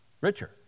richer